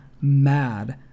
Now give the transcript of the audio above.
mad